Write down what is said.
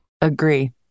Agree